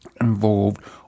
involved